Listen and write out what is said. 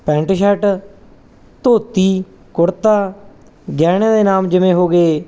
pant shirt dhoti kurta ਗਹਿਣਿਆਂ ਦੇ ਨਾਮ ਜਿਵੇਂ ਹੋ ਗਏ